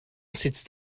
sitzt